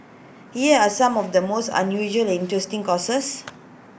here are some of the mouth unusual and interesting courses